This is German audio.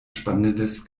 spannendes